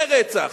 זה רצח.